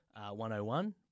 101